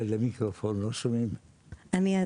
אני כן